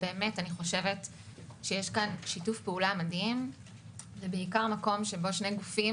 יש שיתוף פעולה מדהים ובעיקר מקום בו שני גופים